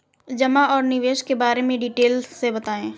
जमा और निवेश के बारे में डिटेल से बताएँ?